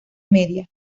media